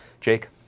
Jake